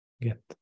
get